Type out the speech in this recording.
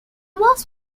was